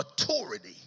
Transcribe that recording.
maturity